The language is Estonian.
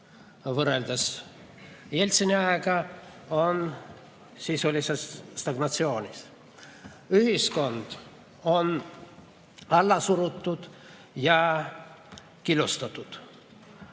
võrreldes Jeltsini ajaga, on sisuliselt stagnatsioonis. Ühiskond on alla surutud ja killustatud.